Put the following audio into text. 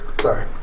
Sorry